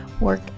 Work